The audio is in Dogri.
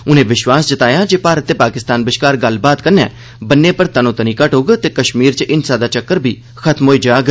उनें विष्वास जताया जे भारत ते पाकिस्तान बष्कार गल्लबात कन्नै बन्ने उप्पर तनोतनी घटोग ते कष्मीर च हिंसा दा चक्कर खत्म होई जाग